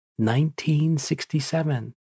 1967